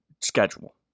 schedule